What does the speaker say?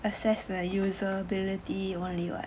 assess the usability only [what]